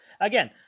Again